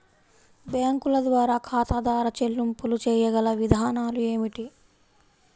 బ్యాంకుల ద్వారా ఖాతాదారు చెల్లింపులు చేయగల విధానాలు ఏమిటి?